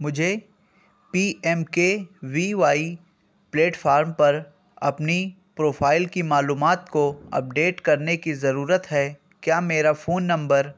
مجھے P M K V Y platform پر اپنی پروفائل کی معلومات کو اپ ڈیٹ کرنے کی ضرورت ہے کیا میرا فون نمبر